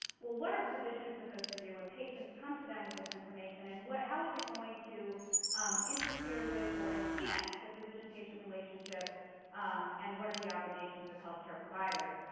well what are physicians supposed to do when patients come to them with this information? and how is it going to interfere with or enhance the physician patient relationship and what are the obligations of health care providers?